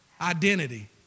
Identity